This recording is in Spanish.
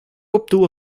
obtuvo